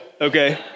okay